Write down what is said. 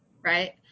right